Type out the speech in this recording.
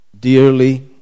dearly